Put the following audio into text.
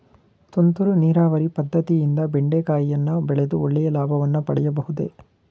ತುಂತುರು ನೀರಾವರಿ ಪದ್ದತಿಯಿಂದ ಬೆಂಡೆಕಾಯಿಯನ್ನು ಬೆಳೆದು ಒಳ್ಳೆಯ ಲಾಭವನ್ನು ಪಡೆಯಬಹುದೇ?